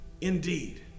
indeed